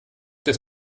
des